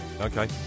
okay